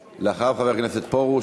אחריו, חבר הכנסת פרוש.